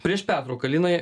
prieš pertrauką linai